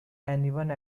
anyone